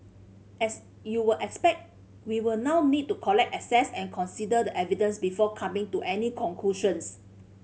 as you will expect we will now need to collect assess and consider the evidence before coming to any conclusions